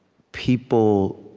people